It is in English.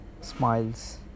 smiles